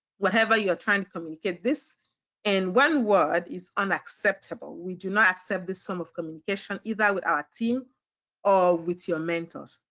whatever you're trying to communicate. and one word is unacceptable. we do not accept this form of communication, either with our team or with your mentors.